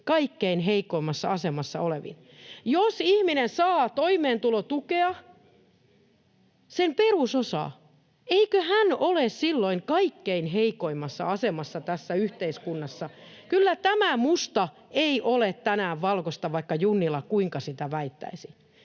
kaikkein heikoimmassa asemassa oleviin. Jos ihminen saa toimeentulotukea, sen perusosaa, eikö hän ole silloin kaikkein heikoimmassa asemassa tässä yhteiskunnassa? [Kimmo Kiljunen ja vasemmalta: On!] Ei kyllä tämä musta ole tänään valkoista, vaikka Junnila kuinka sitä väittäisi.